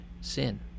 sin